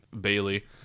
Bailey